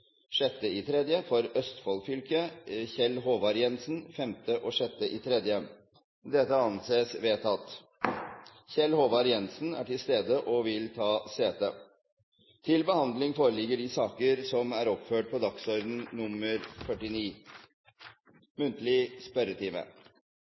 Østfold fylke: Kjell Håvard Jensen Kjell Håvard Jensen er til stede og vil ta sete.